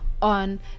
on